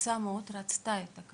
שהמועצה מאוד רצתה את הכביש.